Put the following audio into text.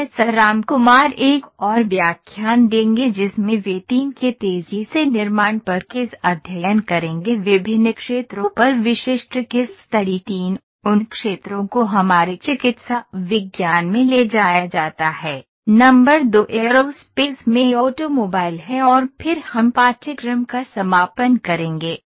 professor Ramkumar एक और व्याख्यान देंगे जिसमें वे 3 के तेजी से निर्माण पर केस अध्ययन करेंगे विभिन्न क्षेत्रों पर विशिष्ट केस स्टडी 3 उन क्षेत्रों को हमारे चिकित्सा विज्ञान में ले जाया जाता है नंबर 2 एयरोस्पेस में ऑटोमोबाइल है और फिर हम पाठ्यक्रम का समापन करेंगे